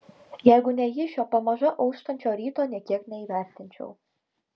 jeigu ne ji šio pamažu auštančio ryto nė kiek neįvertinčiau